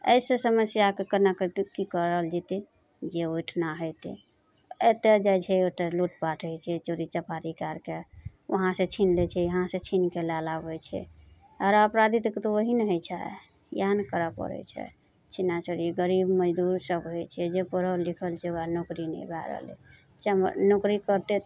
अइसँ समस्याके केना कट की करल जेतय जे ओहिठुना हेतय एतऽ जाइ छै ओतऽ लूटपाट होइ छै चोरी चपाटी करिके उहाँसँ छीन लै छै इहाँसँ छीनके लए लाबय छै आओर अपराधी तऽ कतौ ओहने होइ छै इएहे ने करऽ पड़य छै छिना चोरी गरीब मजदूर सभ होइ छै जे पढ़ल लिखल छै ओकरा नौकरी नहि भए रहल छै नौकरी करतय